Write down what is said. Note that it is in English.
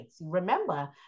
Remember